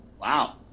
Wow